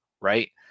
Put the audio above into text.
right